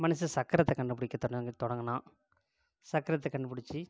மனுஷன் சக்கரத்தை கண்டுப்பிடிக்க தொடங்கி தொடங்கினான் சக்கரத்தை கண்டு பிடிச்சி